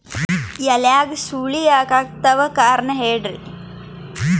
ಎಲ್ಯಾಗ ಸುಳಿ ಯಾಕಾತ್ತಾವ ಕಾರಣ ಹೇಳ್ರಿ?